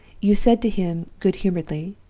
you said to him, good-humoredly,